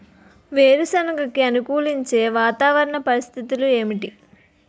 వేరుసెనగ కి అనుకూలించే వాతావరణ పరిస్థితులు ఏమిటి?